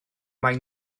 mae